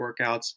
workouts